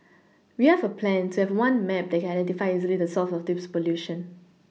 we have a plan to have one map that can identify easily the source of this pollution